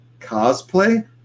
cosplay